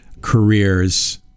careers